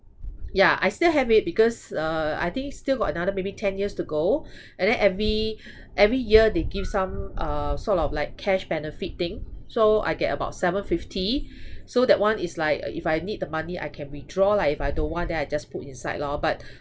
yeah I still have it because uh I think still got another maybe ten years to go and then every every year they give some uh sort of like cash benefit thing so I get about seven fifty so that one is like uh if I need the money I can withdraw lah if I don't want then I just put inside lor but